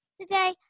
Today